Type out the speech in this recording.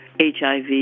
HIV